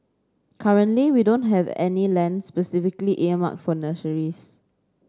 currently we don't have any land specifically earmarked for nurseries